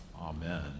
amen